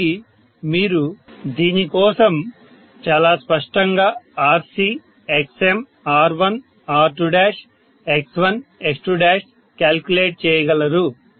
కాబట్టి మీరు దీని కోసం చాలా స్పష్టంగా RCXMR1R2X1X2క్యాలిక్యులేట్ చేయగలరు